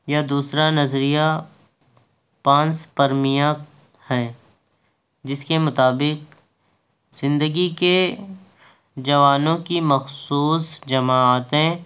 یا دوسرا نظریہ پانس پرمیہ ہے جس کے مطابق زندگی کے جوانوں کی مخصوص جماعتیں